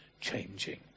changing